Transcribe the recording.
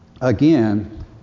again